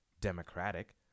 democratic